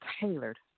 tailored